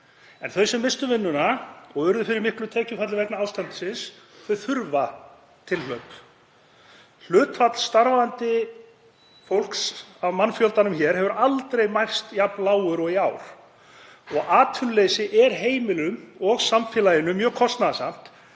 En þau sem misstu vinnuna og urðu fyrir miklu tekjufalli vegna ástandsins þurfa tilhlaup. Hlutfall starfandi fólks af mannfjölda hér hefur aldrei mælst jafn lágt og í ár og atvinnuleysi er heimilunum og samfélaginu mjög kostnaðarsamt.